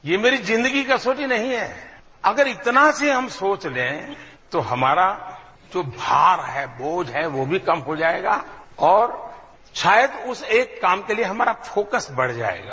ये मेरी जिंदगी की कसौटी नहीं है अगर इतना सा हम सोच लें तो हमारा जो भार है बोझ है वो भी कम हो जाएगा और शायद उस एक काम के लिए हमारा फोकस बढ़ जाएगा